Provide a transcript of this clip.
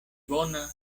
bona